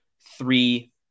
three